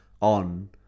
on